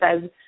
says